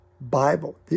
Bible